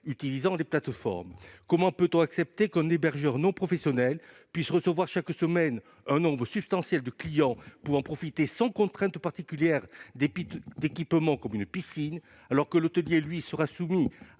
utilisant des plateformes ? Comment accepter qu'un hébergeur non professionnel puisse recevoir chaque semaine un nombre substantiel de clients et les faire profiter sans contrainte particulière d'équipements comme une piscine, alors que l'hôtelier, lui, sera soumis à